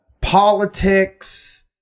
politics